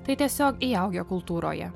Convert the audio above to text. tai tiesiog įaugę kultūroje